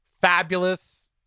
fabulous